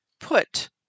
put